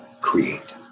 create